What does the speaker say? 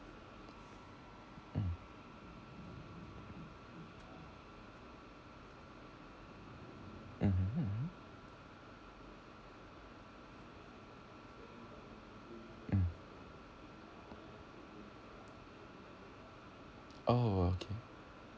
um mmhmm mm oh okay